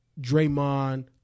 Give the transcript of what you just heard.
Draymond